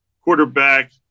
quarterback